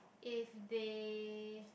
if they